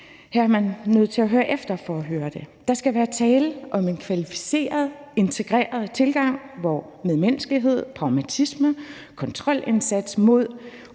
Her er man nødt til at høre efter for at høre det: Der skal være tale om en kvalificeret, integreret tilgang, hvor medmenneskelighed, pragmatisme, en kontrolindsats mod